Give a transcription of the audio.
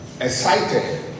excited